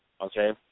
okay